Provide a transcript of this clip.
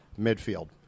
midfield